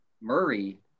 Murray